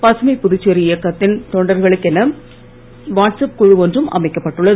பசுமை புதுச்சேரி இயக்கத் தொண்டர்களுக்கென வாட்ஸ் ஆப் குழு ஒன்றும் அமைக்கப்பட்டுள்ளது